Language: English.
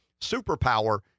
superpower